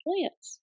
plants